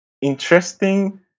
interesting